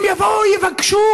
הם יבואו ויבקשו